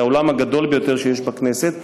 זה האולם הגדול ביותר שיש בכנסת,